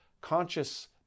conscious